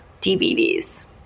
DVDs